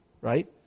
right